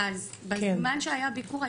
אז בזמן שהיה ביקור,